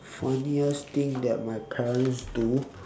funniest thing that my parents do